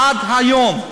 עד היום.